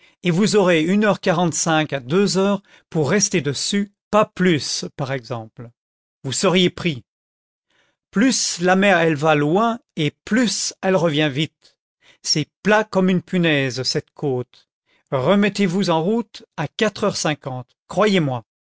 et vous aurez une heure quarante-cinq à deux heures pour rester dessus pas plusse par exemple vous seriez pris plusse la mer elle va loin et plusse elle revient vite c'est plat comme une punaise cette côte remettez-vous en route à quatre heures cinquante croyez-moi